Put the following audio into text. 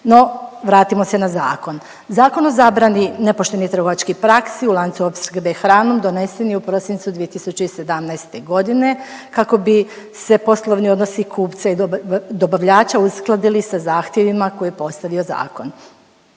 No, vratimo se na zakon. Zakon o zabrani nepoštenih trgovačkih praksi u lancu opskrbe hranom donesen je u prosincu 2017. g. kako bi se poslovni odnos kupca i dobavljača uskladili sa zahtjevima koje je postavio zakon.